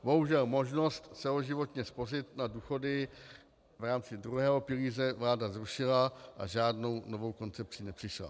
Bohužel možnost celoživotně spořit na důchody v rámci druhého pilíře vláda zrušila a s žádnou novou koncepcí nepřišla.